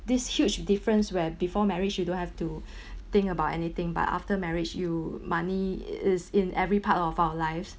this huge difference where before marriage you don't have to think about anything but after marriage you money is in every part of our lives